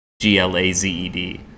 G-L-A-Z-E-D